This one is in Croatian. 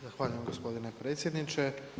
Zahvaljujem gospodine predsjedniče.